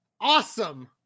awesome